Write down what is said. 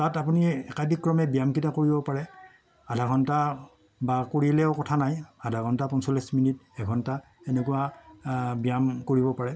তাত আপুনি একাদিক্ৰমে ব্যায়াম কেইটা কৰিব পাৰে আধাঘণ্টা বা কৰিলেও কথা নাই আধাঘণ্টা পঞ্চল্লিছ মিনিট এঘণ্টা এনেকুৱা ব্যায়াম কৰিব পাৰে